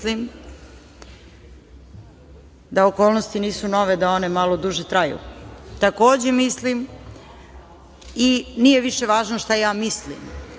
mislim da okolnosti nisu nove da one malo duže traju. Takođe, mislim i nije više važno šta ja mislim,